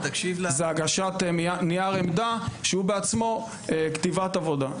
זו הגשת נייר עמדה שהוא בעצמו כתיבת עבודה.